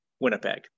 Winnipeg